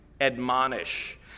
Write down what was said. admonish